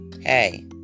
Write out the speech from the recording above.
Hey